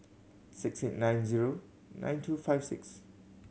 six eight nine zero nine two five six